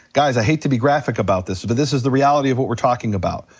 guys i hate to be graphic about this, but this is the reality of what we're talking about,